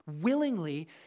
Willingly